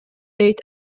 дейт